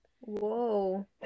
Whoa